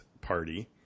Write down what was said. party